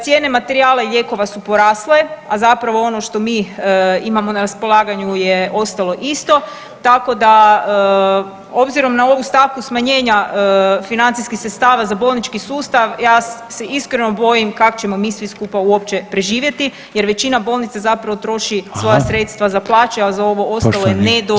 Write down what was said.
Cijene materijala i lijekova su porasle, a zapravo ono što mi imamo na raspolaganju je ostalo isto, tako da obzirom na ovu stavku smanjenja financijskih sredstava za bolnički sustav ja se iskreno bojim kako ćemo mi svi skupa uopće preživjeti jer većina bolnica zapravo troši svoja sredstva za plaće, a za ovo ostalo je nedovoljno.